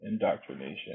indoctrination